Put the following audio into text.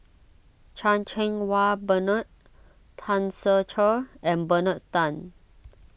Chan Cheng Wah Bernard Tan Ser Cher and Bernard Tan